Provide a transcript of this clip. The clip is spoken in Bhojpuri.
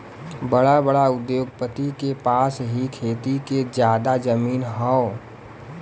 बड़ा बड़ा उद्योगपति के पास ही खेती के जादा जमीन हौ